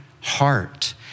heart